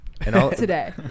today